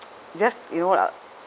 just you know